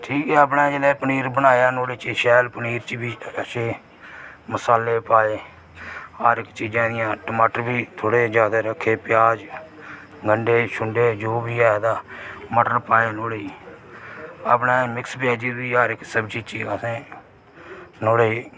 ठीक ही अपने जिसलै पनीर बनाया नुआढ़े च शैल पनीर बी अच्छा मसाले पाए हर इक चीजा जियां टमाटर बी थोह्डे ज्यादा रक्खे प्याज गंढे छोरे जो बी ऐ हा मटर पाए नुआढ़े च अपने मिश्र बेज बी हर इक सब्जी बनाई नुआड़े च